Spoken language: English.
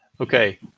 Okay